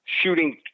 shooting